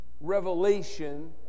revelation